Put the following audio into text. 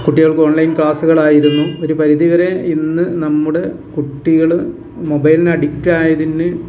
കുട്ടികൾക്ക് ഓൺലൈൻ ക്ലാസ്സുകളായിരുന്നു ഒരു പരിധിവരെ ഇന്ന് നമ്മുടെ കുട്ടികൾ മൊബൈലിന് അഡിക്റ്റായതിന്